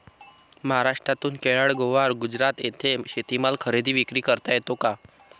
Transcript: महाराष्ट्रातून केरळ, गोवा, गुजरात येथे शेतीमाल खरेदी विक्री करता येतो का?